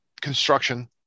construction